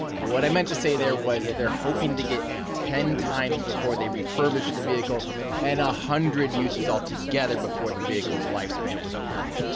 what i meant to say there was they're hoping to get ten times before they refurbish the vehicle and one ah hundred uses all together before the vehicle's lifespan is over.